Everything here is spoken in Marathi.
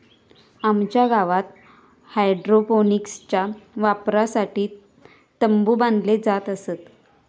आमच्या गावात हायड्रोपोनिक्सच्या वापरासाठी तंबु बांधले जात असत